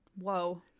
Whoa